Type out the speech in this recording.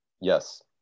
Yes